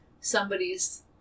somebody's